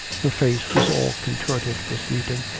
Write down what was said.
her face was all contorted with weeping,